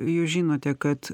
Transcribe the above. jūs žinote kad